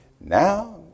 Now